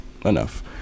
enough